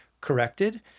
corrected